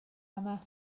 yma